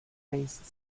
based